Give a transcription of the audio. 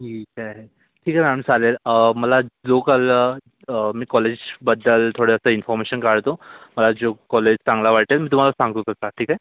ठीक आहे ठीक आहे मॅडम चालेल मला जो कल मी कॉलेजबद्दल थोडंसं इन्फॉर्मेशन काढतो मला जो कॉलेज चांगला वाटेल तुम्हाला सांगतो तसं ठीक आहे